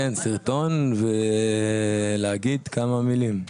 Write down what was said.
כן, סרטון ולהגיד כמה מילים.